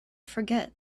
forget